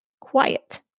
quiet